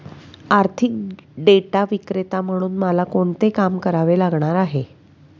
आर्थिक डेटा विक्रेता म्हणून मला कोणते काम करावे लागणार आहे?